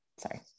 Sorry